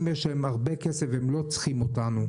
יש להם הרבה כסף והם לא צריכים אותנו,